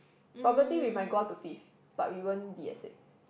probably we might go up to fifth but we won't be at six